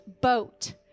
boat